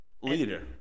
leader